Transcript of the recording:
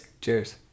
Cheers